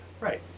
Right